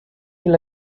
will